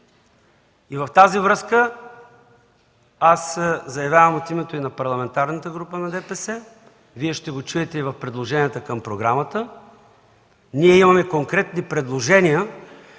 В тази връзка заявявам и от името на Парламентарната група на ДПС, Вие ще го чуете и в предложенията към програмата – имаме конкретни предложения